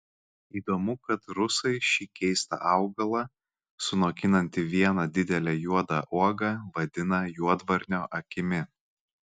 įdomu kad rusai šį keistą augalą sunokinantį vieną didelę juodą uogą vadina juodvarnio akimi